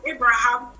Abraham